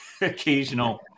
occasional